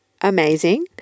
amazing